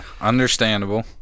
Understandable